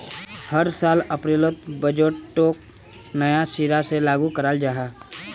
हर साल अप्रैलोत बजटोक नया सिरा से लागू कराल जहा